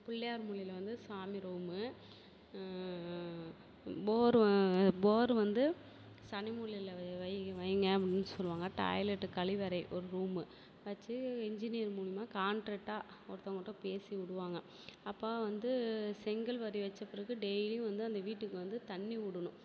பிள்ளையார் மூலையில் வந்து சாமி ரூமு போர் போர் வந்து சனி மூலையில் வை வைங்க அப்படின்னு சொல்லுவாங்க டாய்லெட் கழிவறை ஒரு ரூமு வச்சு இன்ஜினியர் மூலியமாக காண்ட்ரெக்டாக ஒருத்தவங்கள்கிட்ட பேசி விடுவாங்க அப்போ வந்து செங்கல் வாரி வச்ச பிறகு டெய்லி வந்து அந்த வீட்டுக்கு வந்து தண்ணி விடுணும்